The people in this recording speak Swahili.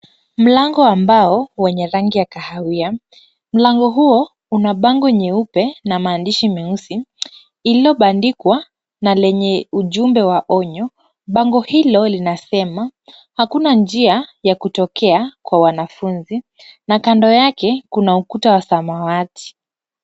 Mlango wa mbao wenye rangi ya kahawia. Mlango huo una bango nyeupe na maandishi meusi, iliyobandikwa na lenye ujumbe wa onyo. Bango hilo linasema hakuna njia ya kutokea kwa wanafunzi na kando yake kuna ukuta wa samawati.